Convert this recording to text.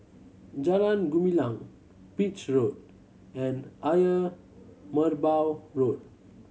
Jalan Gumilang Beach Road and Ayer Merbau Road